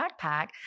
backpack